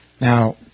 Now